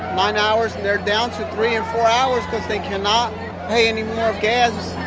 nine hours. and they're down to three and four hours because they cannot pay anymore gas.